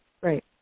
Right